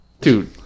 Dude